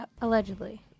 Allegedly